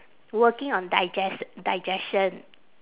working on digest~ digestion